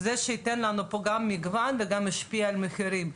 שייתן לנו גם מגוון וגם ישפיע על מחירים?